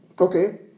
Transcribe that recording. Okay